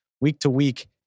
Week-to-week